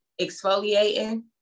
exfoliating